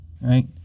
right